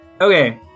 Okay